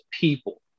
people